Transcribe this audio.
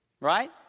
right